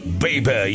baby